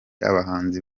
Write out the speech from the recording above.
abahanzi